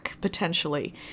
potentially